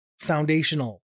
foundational